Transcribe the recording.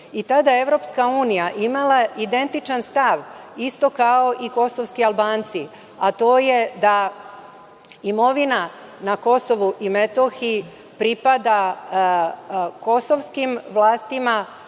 Tada je Evropska unija imala identičan stav, isto kao i kosovski Albanci, a to je da imovina na KiM pripada kosovskim vlastima,